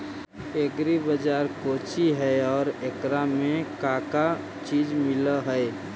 Agri बाजार कोची हई और एकरा में का का चीज मिलै हई?